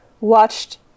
watched